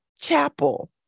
chapel